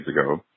ago